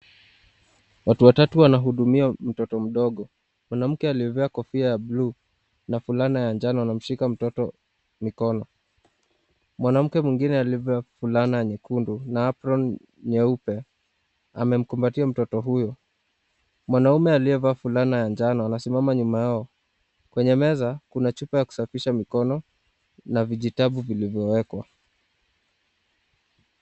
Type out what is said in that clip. Watu watatu wanahudumia mtoto mdogo. Mwanamke aliyevaa kofia ya bluu na fulana ya njano, anamshika mtoto mikono. Mwanamke mwingine aliyevaa fulana nyekundu na aproni nyeupe, amemkumbatia mtoto huyo. Mwanaume aliyevaa fulana ya njano, amesimama nyuma yao. Kwenye meza kuna chupa ya kusafisha mikono na vijitabu vilivyowekwa.